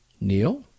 Neil